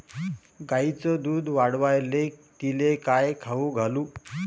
गायीचं दुध वाढवायले तिले काय खाऊ घालू?